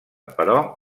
però